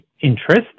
interest